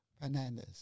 Fernandez